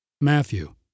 Matthew